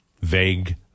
Vague